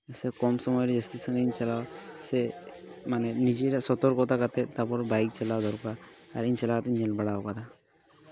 ᱥᱮ ᱠᱚᱢ ᱥᱚᱢᱚᱭ ᱨᱮ ᱡᱟᱹᱥᱛᱤ ᱥᱟᱺᱜᱤᱧ ᱪᱟᱞᱟᱣ ᱥᱮ ᱢᱟᱱᱮ ᱱᱤᱡᱮᱨᱟᱜ ᱥᱚᱛᱚᱨᱠᱚᱛᱟ ᱠᱟᱛᱮᱫ ᱛᱟᱯᱚᱨ ᱵᱟᱭᱤᱠ ᱪᱟᱞᱟᱣ ᱫᱚᱨᱠᱟᱨ ᱟᱨ ᱤᱧ ᱪᱟᱞᱟᱣ ᱠᱟᱛᱮᱫ ᱤᱧ ᱧᱮᱞ ᱵᱟᱲᱟᱣ ᱠᱟᱫᱟ